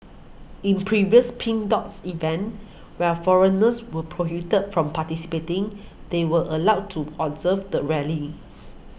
in previous Pink Dot events while foreigners were prohibited from participating they were allowed to observe the rally